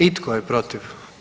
I tko je protiv?